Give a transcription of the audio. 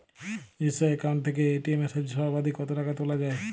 নিজস্ব অ্যাকাউন্ট থেকে এ.টি.এম এর সাহায্যে সর্বাধিক কতো টাকা তোলা যায়?